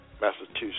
Massachusetts